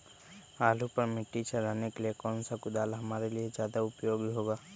आलू पर मिट्टी चढ़ाने के लिए कौन सा कुदाल हमारे लिए ज्यादा उपयोगी होगा?